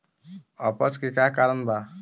अपच के का कारण बा?